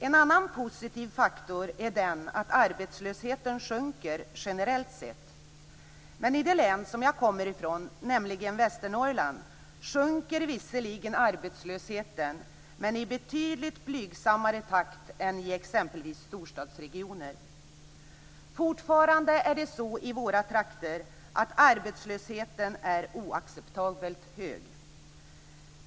En annan positiv faktor är att arbetslösheten sjunker generellt sett. I det län som jag kommer från, Västernorrland, sjunker visserligen också arbetslösheten, men i betydligt blygsammare takt än i exempelvis storstadsregioner. Fortfarande är det så i våra trakter att arbetslösheten är oacceptabelt hög.